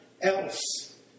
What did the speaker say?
else